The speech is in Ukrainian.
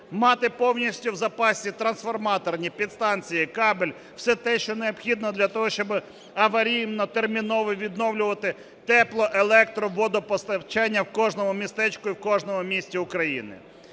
Мати повністю в запасі трансформаторні підстанції, кабель, все те, що необхідно для того, щоб аварійно, терміново відновлювати тепло-, електро-, водопостачання у кожному містечку і в кожному місті України.